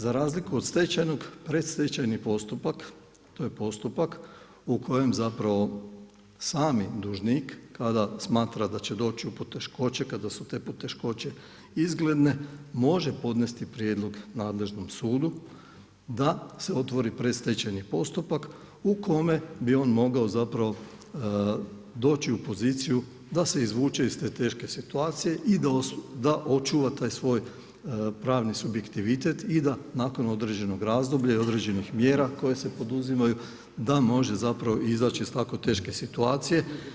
Za razliku od stečajnog, predstečajni postupak, to je postupak u kojem zapravo sami dužnik, kada smatra da će doći u poteškoće, kada su te poteškoće izgledne, može podnijeti prijedlog nadležnom sudu da se otvori predstečajni postupak u kome bi on mogao zapravo doći u poziciju da se izvuče iz te teške situacije i da očuva taj svoj pravni subjektivitet i da nakon određenog razdoblja i određenih mjera koje su poduzimaju da može zapravo izaći iz tako teške situacije.